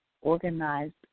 organized